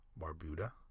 Barbuda